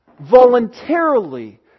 voluntarily